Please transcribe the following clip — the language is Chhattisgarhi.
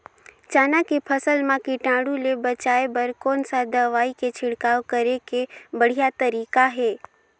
चाना के फसल मा कीटाणु ले बचाय बर कोन सा दवाई के छिड़काव करे के बढ़िया तरीका हे?